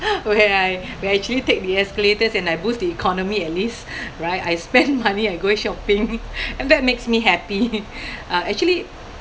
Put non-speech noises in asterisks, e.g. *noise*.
where I where I actually take the escalators and I boost the economy at least right I spend money I go shopping *noise* and that makes me happy *noise* uh actually